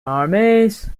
armies